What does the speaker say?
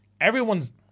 everyone's